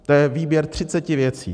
To je výběr třiceti věcí.